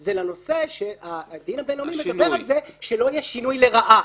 זה לנושא שהדין הבינלאומי מדבר על זה שלא יהיה שינוי לרעה.